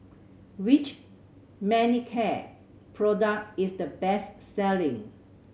which Manicare product is the best selling